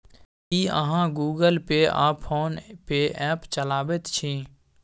की अहाँ Google Pay आ PhonePe app चलाबैत छी?